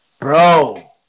Bro